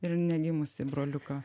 ir negimusį broliuką